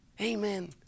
Amen